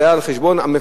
זה היה על חשבון המפרסם,